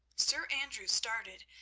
sir andrew started,